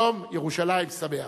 יום ירושלים שמח.